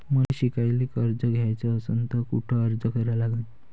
मले शिकायले कर्ज घ्याच असन तर कुठ अर्ज करा लागन?